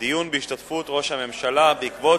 דיון בהשתתפות ראש הממשלה בעקבות